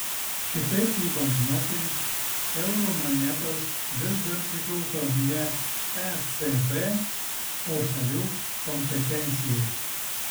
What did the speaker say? kitaip nei banknotai eurų monetos vis dar priklauso ne ecb o šalių kompetencijai